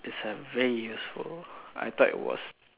is a very useful I thought it was